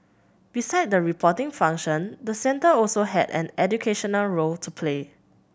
beside the reporting function the centre also has an educational role to play